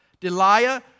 Deliah